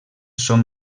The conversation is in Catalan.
són